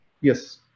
yes